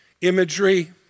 imagery